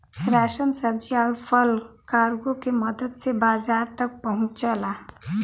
ration सब्जी आउर फल कार्गो के मदद से बाजार तक पहुंचला